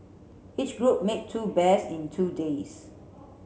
each group made two bears in two days